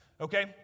Okay